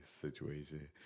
situation